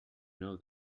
know